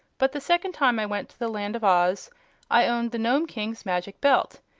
but the second time i went to the land of oz i owned the nome king's magic belt,